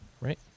right